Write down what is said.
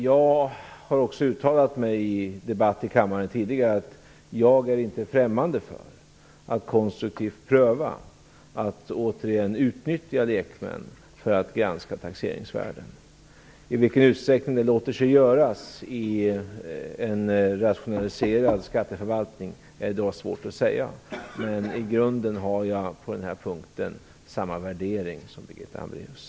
Jag har också tidigare i debatt i kammaren uttalat att jag inte är främmande för att konstruktivt pröva att återigen utnyttja lekmän för att granska taxeringsvärden. I vilken utsträckning det låter sig göras i en rationaliserad skatteförvaltning är i dag svårt att säga. Men i grunden har jag på den här punkten samma värdering som Birgitta Hambraeus.